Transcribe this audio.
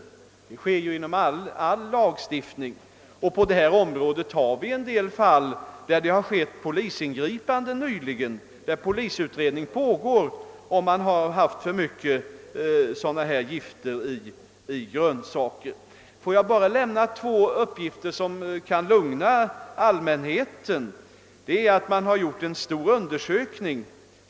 Sådana inträffar på alla områden som är föremål för lagstiftning. Det har på detta område nyligen förekommit ett par fall som föranlett polisingripanden, och polisen utreder för närvarande huruvida det i dessa fall funnits för mycket gifter i grönsakerna. Får jag sedan bara lämna ett par uppgifter som kan lugna allmänheten.